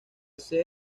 sede